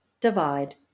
Divide